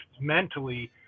mentally